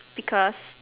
because